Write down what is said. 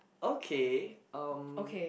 okay um